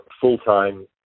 full-time